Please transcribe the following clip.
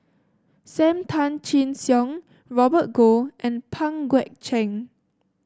Sam Tan Chin Siong Robert Goh and Pang Guek Cheng